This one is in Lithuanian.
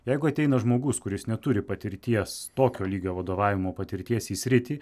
jeigu ateina žmogus kuris neturi patirties tokio lygio vadovavimo patirties į sritį